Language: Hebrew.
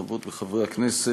חברות וחברי הכנסת,